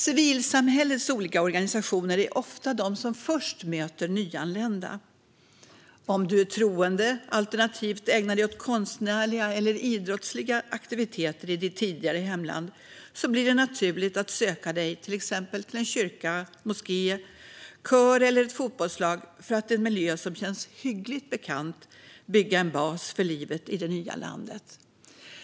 Civilsamhällets olika organisationer är ofta de som först möter nyanlända. Om du är troende alternativt ägnat dig åt konstnärliga eller idrottsliga aktiviteter i ditt tidigare hemland blir det naturligt för dig att söka dig till exempelvis en kyrka eller moské, en kör eller ett fotbollslag för att i en miljö som känns hyggligt bekant bygga en bas för livet i det nya landet.